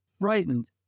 frightened